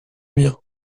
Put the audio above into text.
mien